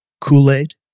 Kool-Aid